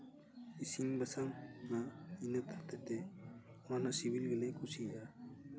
ᱤᱥᱤᱱ ᱵᱟᱥᱟᱝᱟ ᱤᱱᱟᱹ ᱦᱚᱛᱮ ᱛᱮ ᱚᱱᱟ ᱨᱮᱱᱟᱜ ᱥᱤᱵᱤᱞ ᱜᱮᱞᱮ ᱠᱩᱥᱤᱭᱟᱜᱼᱟ